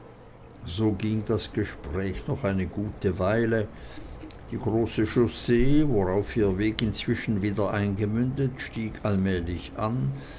so ging das gespräch noch eine gute weile die große chaussee darauf ihr weg inzwischen wieder eingemündet stieg allmählich an